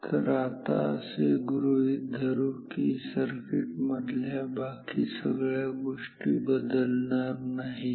तर आता असे गृहीत धरू की सर्किटमधल्या बाकी सगळ्या गोष्टी बदलणार नाहीत